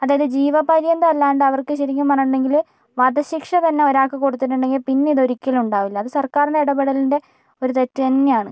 അതായത് ജീവപര്യന്തം അല്ലാണ്ട് അവർക്ക് ശരിക്കും പറഞ്ഞിട്ടുണ്ടങ്കിൽ വധശിക്ഷ തന്നെ ഒരാൾക്ക് കൊടുത്തിട്ടുണ്ടെങ്കിൽ പിന്നെ ഇത് ഒരിക്കലും ഉണ്ടാവില്ല അത് സർക്കാറിൻ്റെ ഇടപെടലിൻ്റെ ഒരു തെറ്റ് തന്നെയാണ്